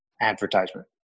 advertisement